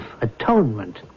atonement